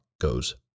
goes